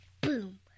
boom